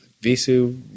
visu